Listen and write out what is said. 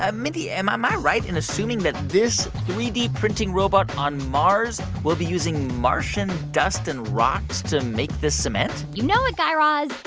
ah mindy, am um i right in assuming that this three d printing robot on mars will be using martian dust and rocks to make this cement? you know it, guy raz.